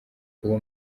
uwo